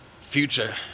future